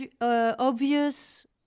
obvious